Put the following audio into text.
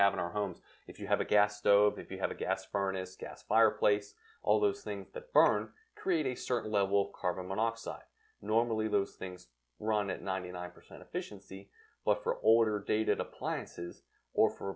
have in our homes if you have a gas stove if you have a gas furnace death fireplace all those things that burn create a certain level carbon monoxide normally those things run at ninety nine percent efficiency but for older dated appliances or